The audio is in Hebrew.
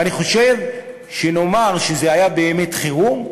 ואני חושב שנאמר שזה היה באמת חירום,